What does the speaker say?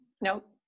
Nope